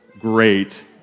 great